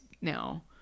now